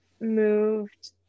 moved